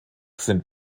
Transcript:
sind